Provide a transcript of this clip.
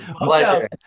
Pleasure